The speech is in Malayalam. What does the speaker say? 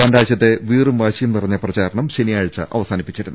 രണ്ടാ ഴ്ചത്തെ വീറും വാശിയുംനിറഞ്ഞ പ്രചാരണം ശനിയാഴ്ച അവസാനി പ്പിച്ചിരുന്നു